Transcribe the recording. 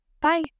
Bye